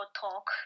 talk